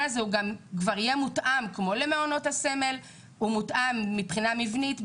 הזה יהיה מותאם כמו למעונות הסמל ומותאם מבחינה מבנית,